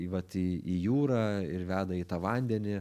į vat į į jūrą ir veda į tą vandenį